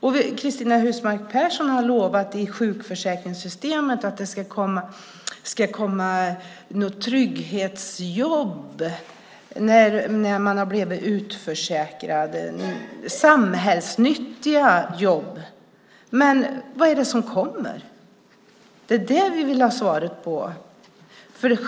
Cristina Husmark Pehrsson har lovat beträffande sjukförsäkringssystemet att det ska komma några trygghetsjobb när man har blivit utförsäkrad, samhällsnyttiga jobb. Men vad är det som kommer? Det är det vi vill ha svar på.